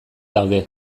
daude